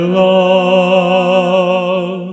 love